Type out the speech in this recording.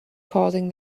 causing